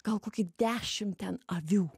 gal kokį dešimt ten avių